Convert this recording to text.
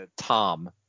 Tom